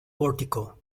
portico